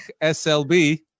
SLB